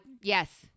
yes